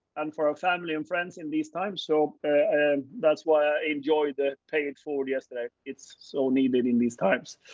and for our families and friends in these times. so and that's why i enjoy the pay it forward yesterday. it's so needed in these times.